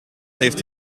heeft